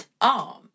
arm